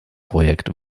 projekt